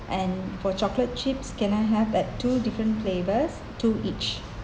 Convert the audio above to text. and for chocolate chips can I have that two different flavours two each